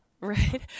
Right